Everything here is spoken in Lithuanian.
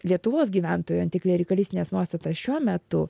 lietuvos gyventojų antiklerikalistines nuostatas šiuo metu